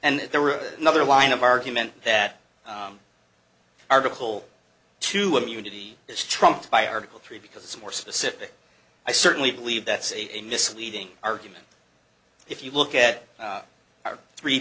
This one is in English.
were another line of argument that article two immunity is trumped by article three because it's more specific i certainly believe that see a misleading argument if you look at our three